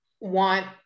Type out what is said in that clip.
want